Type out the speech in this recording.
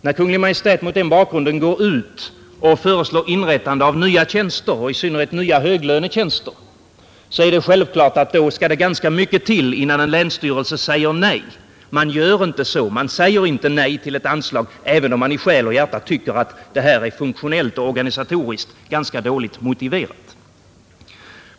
När Kungl. Maj:t mot denna bakgrund föreslår inrättande av nya tjänster, i synnerhet höglönetjänster, skall det självfallet ganska mycket till innan en länsstyrelse säger nej. Man gör inte så. Man säger inte nej till ett anslag, även om man i själ och hjärta tycker att det är funktionellt och organisatoriskt ganska dåligt motiverat.